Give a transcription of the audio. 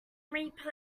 reaper